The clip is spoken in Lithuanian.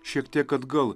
šiek tiek atgal